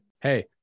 Hey